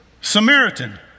Samaritan